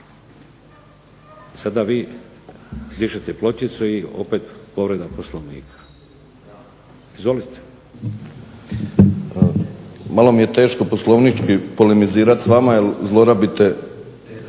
Sada vi dižete pločicu i opet povreda Poslovnika. Izvolite. **Drmić, Ivan (HDSSB)** Malo mi je teško poslovnički polemizirati s vama jer zlorabite